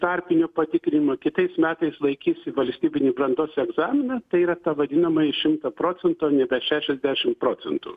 tarpinio patikrinimo kitais metais laikys valstybinį brandos egzaminą tai yra tą vadinamąjį šimtą procentų o nebe šešiasdešim procentų